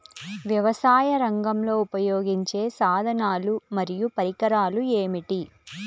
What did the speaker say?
వ్యవసాయరంగంలో ఉపయోగించే సాధనాలు మరియు పరికరాలు ఏమిటీ?